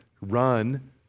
run